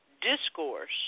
discourse